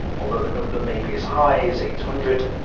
although the number may be as high as eight hundred.